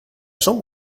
chambre